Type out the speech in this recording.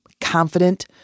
confident